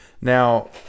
Now